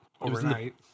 overnight